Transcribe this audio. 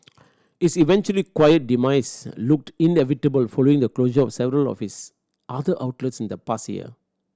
its eventual quiet demise looked inevitable following the closure of several of its other outlets in the past year